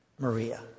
Maria